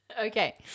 Okay